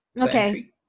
Okay